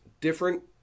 different